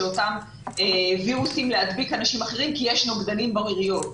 אותם וירוסים להדביק אנשים אחרים כי יש נוגדנים בריריות.